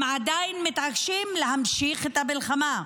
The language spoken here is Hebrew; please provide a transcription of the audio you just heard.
הם עדיין מתעקשים להמשיך את המלחמה.